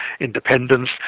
independence